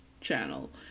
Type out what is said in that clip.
channel